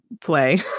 play